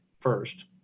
first